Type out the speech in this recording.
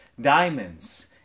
diamonds